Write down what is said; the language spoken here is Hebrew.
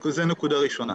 זו נקודה ראשונה.